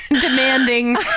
Demanding